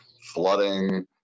flooding